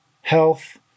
health